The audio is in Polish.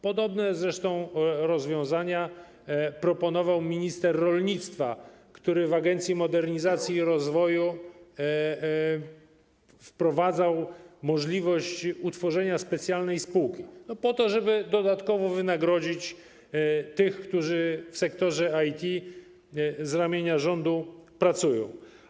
Podobne zresztą rozwiązania proponował minister rolnictwa, który w agencji modernizacji i rozwoju wprowadzał możliwość utworzenia specjalnej spółki, po to żeby dodatkowo wynagrodzić tych, którzy w sektorze IT z ramienia rządu pracują.